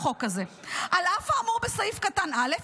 החוק הזה: "על אף האמור בסעיף קטן (א),